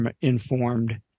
informed